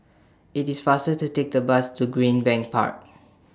IT IS faster to Take The Bus to Greenbank Park